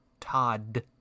Todd